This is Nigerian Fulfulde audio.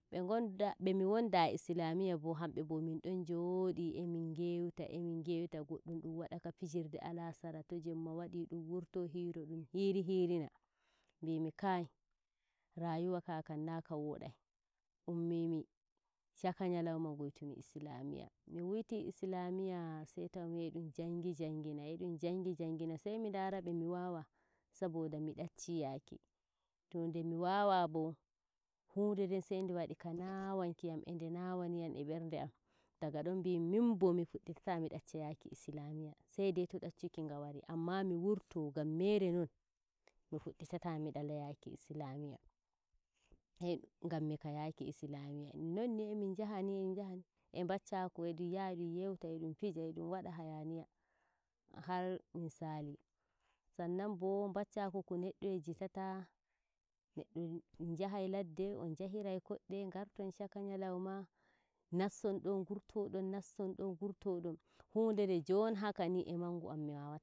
ɓe ngonda-ɓe mi wanda e islamiyya bo hanɗe bo mindon joodi emin ngewta emin ngewta goɗɗum dun wada ka fijirde alasara to jenma wadi dun wurto huro dum hiri himina nbimi, shaka nyaloma ngurtimi islamiyya mi wuti islamiyya sai taumi e dun jangi jangina edun jangi jangina sai mi ndarabe muwawa saboda mi ɗacci yaki tow ndemi wawa hunɗe nden sai nde wadi ka naawankiyam e nde nawanayam e berde am. Daga don ngimi minbo mi fu'itata mi dacci yaaki islamiya ai dai to daccuki wari anma mi wurto ngam mat non mi fuditata mi dala yaki islamiyya. Sai ngammi ka yaaki islamiyya. Nonni e min njaha ni emin yaani e baccaku emin njaha emin ngewta emin pija edum wada hayaniya har min saali sannan bo baccaku ngu neddo yejjitata neddo min njahai ladde on njahai kosde, nngarton shaka ngaloma naston do ngorto don naston do ngurto don hunde nde jon haka nirmi wawata e mangu am.